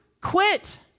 quit